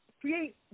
create